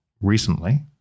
recently